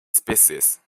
species